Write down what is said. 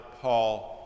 Paul